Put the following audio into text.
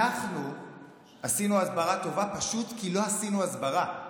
אנחנו עשינו הסברה טובה פשוט כי לא עשינו הסברה.